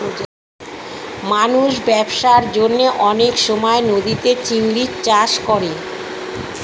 মানুষ ব্যবসার জন্যে অনেক সময় নদীতে চিংড়ির চাষ করে